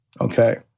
okay